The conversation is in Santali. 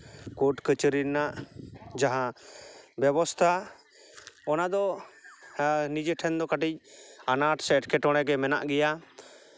ᱠᱳᱨᱴ ᱠᱟᱹᱪᱷᱟᱹᱨᱤ ᱨᱮᱱᱟᱜ ᱡᱟᱦᱟᱸ ᱵᱮᱵᱚᱥᱛᱷᱟ ᱚᱱᱟ ᱫᱚ ᱱᱤᱡᱮ ᱴᱷᱮᱱ ᱫᱚ ᱠᱟᱹᱴᱤᱡ ᱟᱱᱟᱴ ᱥᱮ ᱮᱴᱠᱮᱴᱚᱬᱮ ᱫᱚ ᱢᱮᱱᱟᱜ ᱜᱮᱭᱟ